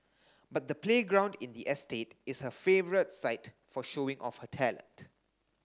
but the playground in the estate is her favourite site for showing off her talent